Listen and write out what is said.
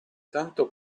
tanto